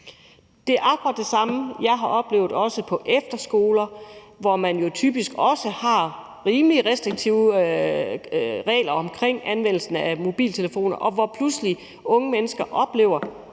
Det er akkurat det samme, jeg også har oplevet på efterskoler, hvor man jo typisk har rimelig restriktive regler omkring anvendelsen af mobiltelefoner, og hvor unge mennesker pludselig